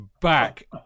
back